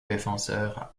défenseur